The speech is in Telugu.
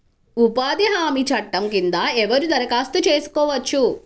ఉపాధి హామీ చట్టం కింద ఎవరు దరఖాస్తు చేసుకోవచ్చు?